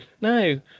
no